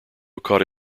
caught